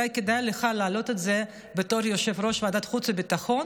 את הנקודה הזאת אולי כדאי לך להעלות בתור יושב-ראש ועדת החוץ והביטחון.